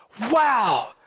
wow